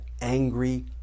angry